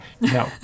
no